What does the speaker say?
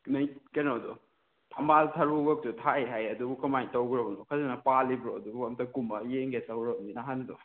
ꯅꯣꯏ ꯀꯩꯅꯣꯗꯣ ꯊꯝꯕꯥꯜ ꯊꯔꯣ ꯈꯛꯇ ꯊꯥꯏ ꯍꯥꯏꯌꯦ ꯑꯗꯨꯕꯨ ꯀꯃꯥꯏꯅ ꯇꯧꯈ꯭ꯔꯕꯅꯣ ꯐꯖꯅ ꯄꯥꯜꯂꯤꯕ꯭ꯔꯣ ꯑꯗꯨꯕꯨ ꯑꯝꯇ ꯀꯨꯝꯃ ꯌꯦꯡꯒꯦ ꯇꯧꯔꯃꯤꯅꯦ ꯅꯍꯥꯟꯗꯣ